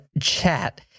chat